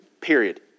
Period